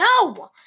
No